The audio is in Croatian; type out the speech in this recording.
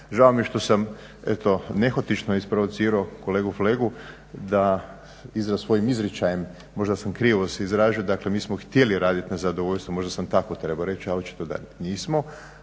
Žao mi je što sam, eto nehotično isprovocirao kolegu Flegu da i sa svojim izričajem, možda sam krivo se izrazio, dakle mi smo htjeli raditi na zadovoljstvo, možda sam tako trebao reći, ali očito da nismo,